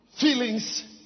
Feelings